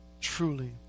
truly